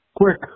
Quick